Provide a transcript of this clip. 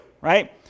right